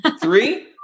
Three